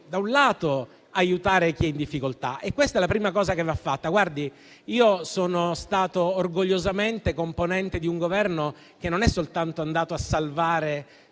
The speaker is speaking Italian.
da un lato, aiutare chi è in difficoltà. Questa è la prima cosa che va fatta. Io sono stato orgogliosamente componente di un Governo che, non è soltanto andato a salvare